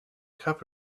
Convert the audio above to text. cup